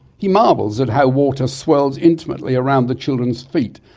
he marvels at how water swirls intimately around the children's feet,